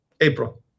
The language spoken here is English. April